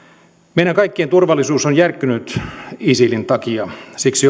meidän kaikkien turvallisuus on järkkynyt isilin takia siksi